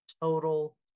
total